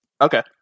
Okay